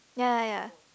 ya ya ya